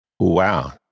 Wow